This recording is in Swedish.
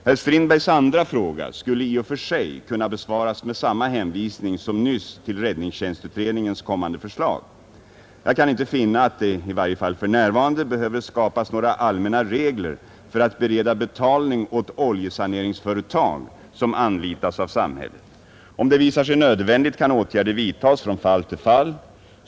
Herr Strindbergs andra fråga skulle i och för sig kunna besvaras med samma hänvisning som nyss till räddningstjänstutredningens kommande förslag. Jag kan inte finna att det — i varje fall för närvarande — behöver skapas några allmänna regler för att bereda betalning åt oljesaneringsföretag som anlitas av samhället. Om det visar sig nödvändigt kan åtgärder vidtas från fall till fall.